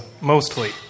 mostly